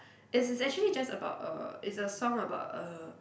it is actually just about uh it's a song about uh